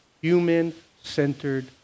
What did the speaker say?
human-centered